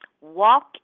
Walk